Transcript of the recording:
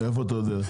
איך אתה יודע?